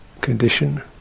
condition